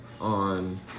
on